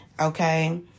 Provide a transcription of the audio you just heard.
Okay